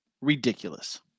ridiculous